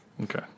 Okay